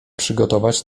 przygotować